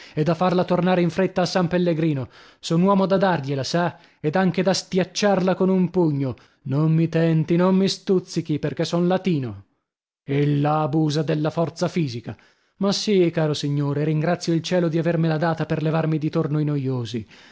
e da farla tornare in fretta a san pellegrino son uomo da dargliela sa ed anche da stiacciarla con un pugno non mi tenti non mi stuzzichi perchè son latino ella abusa della forza fisica ma sì caro signore e ringrazio il cielo di avermela data per levarmi di torno i noiosi